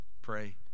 pray